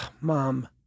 Mom